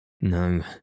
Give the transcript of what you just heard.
No